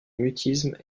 mutisme